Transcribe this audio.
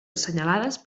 assenyalades